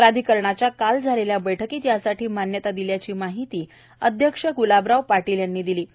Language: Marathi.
प्राधिकरणाच्या काल झालेल्या बैठकीत यासाठी मान्यता दिल्याची माहिती प्राधिकरणाचे अध्यक्ष ग्लाबराव पाटील यांनी दिली आहे